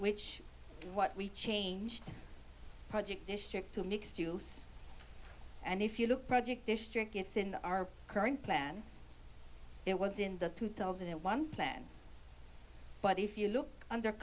which is what we changed project district to mixed use and if you look project district it's in our current plan it was in the two thousand and one plan but if you look under